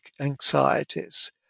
anxieties